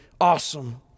awesome